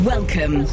Welcome